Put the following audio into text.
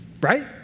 Right